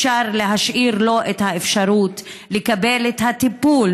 אפשר להשאיר לו את האפשרות לקבל את הטיפול